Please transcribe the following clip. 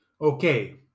Okay